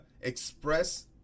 Express